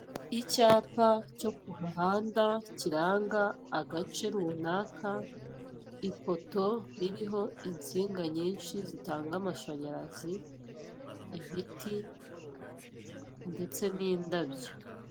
Icyapa cyo ku muhanda kiranga agace runaka, ipoto ririho insinga nyinshi zitanga amashanyarazi, ibiti, ndetse n'indabyo.